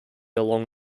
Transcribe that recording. along